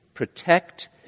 Protect